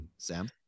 Sam